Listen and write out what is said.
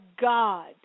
God